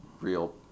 real